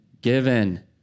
given